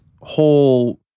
whole